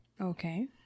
Okay